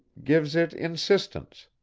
gives it insistence.